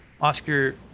Oscar